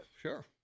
sure